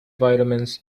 vitamins